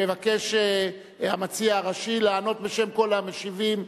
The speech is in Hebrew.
מבקש המציע הראשי לענות בשם כל המשיבים,